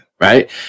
Right